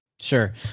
sure